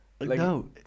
No